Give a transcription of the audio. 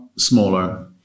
smaller